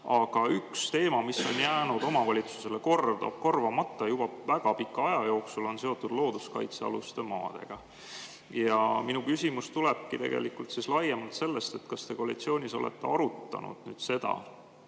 Aga üks teema, mis on jäänud omavalitsustele korvamata juba väga pika aja jooksul, on seotud looduskaitsealuste maadega. Minu küsimus tulebki tegelikult laiemalt sellest. Kas te koalitsioonis olete arutanud seda,